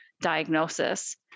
diagnosis